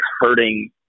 hurting